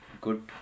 good